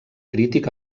crític